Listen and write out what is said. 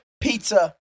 pizza